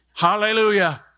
Hallelujah